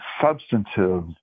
substantive